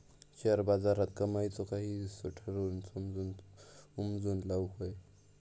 share बाजारात कमाईचो काही हिस्सो ठरवून समजून उमजून लाऊक व्हये